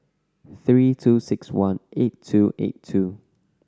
three two six one eight two eight two